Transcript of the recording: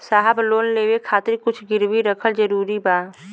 साहब लोन लेवे खातिर कुछ गिरवी रखल जरूरी बा?